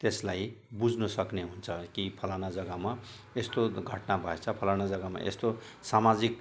त्यसलाई बुझ्नु सक्ने हुन्छ केही फलाना जगामा यस्तो घटना भएछ फलाना जगामा यस्तो सामाजिक